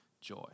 joy